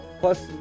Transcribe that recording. Plus